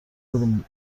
خیلی